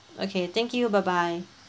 okay thank you bye bye